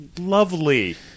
lovely